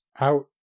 out